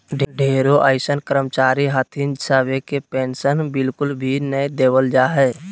ढेरो अइसन कर्मचारी हथिन सभे के पेन्शन बिल्कुल भी नय देवल जा हय